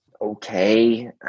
okay